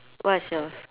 what's yours